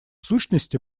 сущности